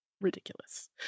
ridiculous